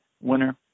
winner